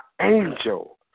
angel